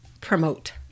promote